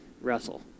Russell